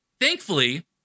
Thankfully